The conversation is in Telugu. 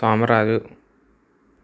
సోమరాజు